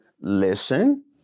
listen